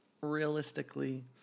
realistically